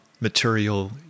material